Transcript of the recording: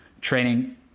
Training